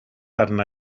arna